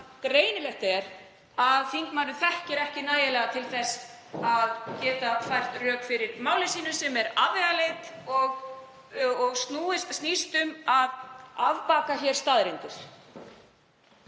greinilegt er að þingmaðurinn þekkir ekki nægilega til þess að geta fært rök fyrir máli sínu sem er afvegaleiðing og snýst um að afbaka staðreyndir.